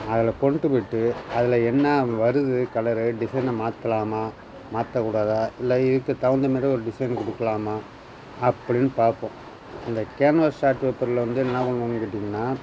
அதில் கொண்டு போய்ட்டு அதில் என்ன வருது கலர் டிசைனை மாத்தலாம்மா மாற்றக்கூடாதா இல்லை இதுக்கு தகுந்தமாரி ஒரு டிசைனை கொடுக்குலாம்மா அப்படின்னு பார்ப்போம் இந்த கேன்வாஸ் ஷார்ட் பேப்பர்ல வந்து என்ன பண்ணுவோம்னு கேட்டிங்கன்னால்